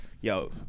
yo